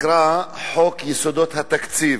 נקרא חוק יסודות התקציב.